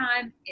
time